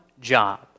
job